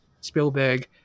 Spielberg